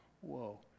Whoa